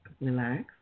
relax